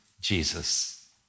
Jesus